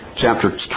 chapter